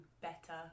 better